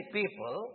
people